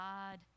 God